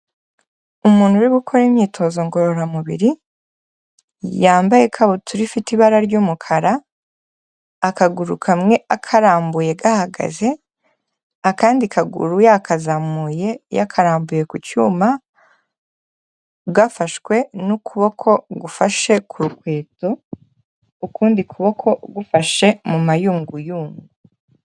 Umuntu uri gukora imyitozo ngororamubiri, yambaye ikabutura ifite ibara ry'umukara, akaguru kamwe akarambuye gahagaze, akandi kaguru yakazamuye yakarambuye ku cyuma gafashwe n'ukuboko gufashe ku rukweto, ukundi kuboko gufashe mu mayunguyungu.